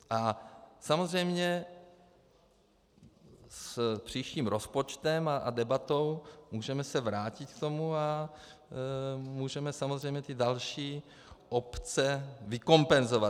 A samozřejmě s příštím rozpočtem a debatou můžeme se vrátit k tomu a můžeme samozřejmě ty další obce vykompenzovat.